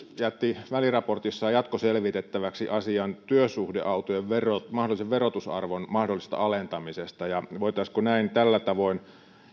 jätti väliraportissaan jatkoselvitettäväksi asian työsuhdeautojen verotusarvon mahdollisesta alentamisesta voitaisiinko tällä tavoin